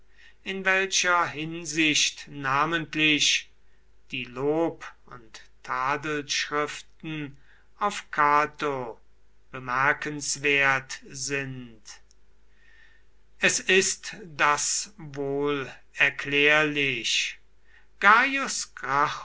in welcher hinsicht namentlich die lob und tadelschriften auf cato bemerkenswert sind es ist das wohl erklärlich